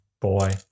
boy